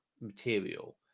material